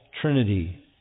Trinity